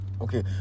okay